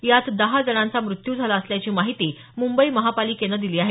यात दहा जणांचा मृत्यू झाला असल्याची माहिती मुंबई महापालिकेनं दिली आहे